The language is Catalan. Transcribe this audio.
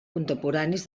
contemporanis